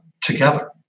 together